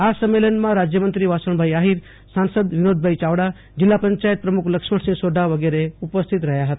આ સંમેલનમાં રાજ્યમંત્રી વાસણભાઈ આહિર સંસદ સભ્ય વિનોદ ચાવડા જિલ્લા પંચાયત પ્રમુખ લક્ષ્મણસિંહ સોઢા વિગેરે ઉપસ્થિત રહ્યા હતા